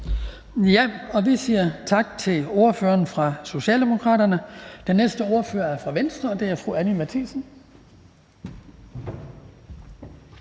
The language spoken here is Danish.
Vi siger tak til ordføreren fra Socialdemokraterne. Den næste ordfører er fra Venstre, og det er fru Anni Matthiesen.